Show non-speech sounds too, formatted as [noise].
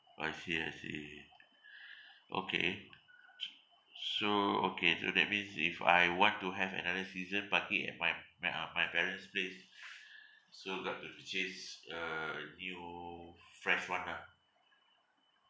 I see I see [breath] okay [noise] so okay so that means if I want to have another season parking at my my uh my parent's place [breath] so got to purchase uh a new fresh one ah